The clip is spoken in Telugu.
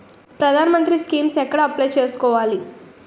ప్రధాన మంత్రి స్కీమ్స్ ఎక్కడ అప్లయ్ చేసుకోవాలి?